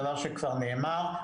דבר שכבר נאמר,